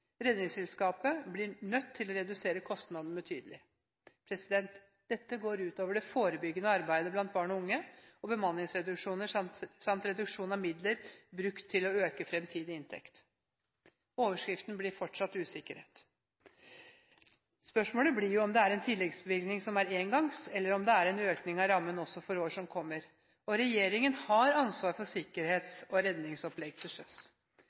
Redningsselskapet blir nødt til å redusere kostnadene betydelig. Dette går ut over det forebyggende arbeidet blant barn og unge, det kan bli bemanningsreduksjoner samt reduksjon av midler brukt til å øke fremtidig inntekt. Overskriften blir fortsatt: usikkerhet. Spørsmålet blir om det er en engangs tilleggsbevilgning eller om det er en økning av rammen også for år som kommer. Regjeringen har ansvar for sikkerhets- og redningsopplegg til sjøs.